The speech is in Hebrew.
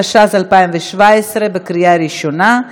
התשע"ז 2017, בקריאה ראשונה.